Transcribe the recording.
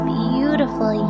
beautiful